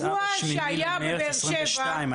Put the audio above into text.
האירוע שהיה בבאר שבע --- זאת ההנחיה שיצאה ב-8 במרץ 2022,